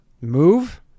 move